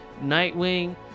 Nightwing